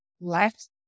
left